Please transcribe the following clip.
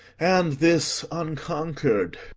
and this unconquered?